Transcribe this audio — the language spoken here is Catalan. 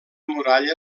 muralla